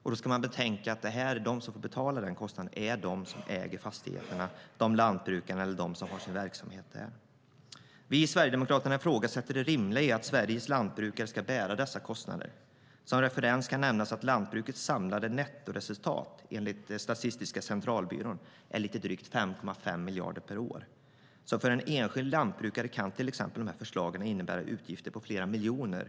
Och betänk att de som betalar kostnaden är de som äger fastigheterna, lantbrukarna eller de som har sin verksamhet där. Sverigedemokraterna ifrågasätter det rimliga i att Sveriges lantbrukare ska bära dessa kostnader. Som referens kan nämnas att lantbrukets samlade nettoresultat enligt Statistiska centralbyrån är lite drygt 5,5 miljarder per år. För en enskild lantbrukare kan förslagen innebära utgifter på flera miljoner.